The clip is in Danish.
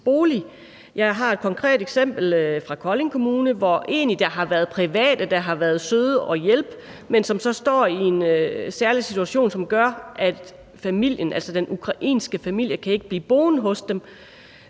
Jeg har et konkret eksempel fra Kolding Kommune, hvor der har været private, der har været så søde at hjælpe, men som så står i en særlig situation, som gør, at den ukrainske familier ikke kan blive boende hos dem.